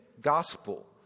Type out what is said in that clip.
gospel